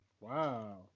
wow